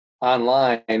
online